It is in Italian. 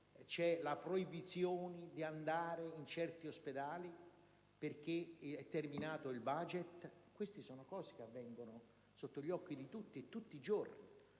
c'è la proibizione di andare in certi ospedali perché è terminato il *budget*? Queste sono cose che avvengono sotto gli occhi di tutti, tutti i giorni.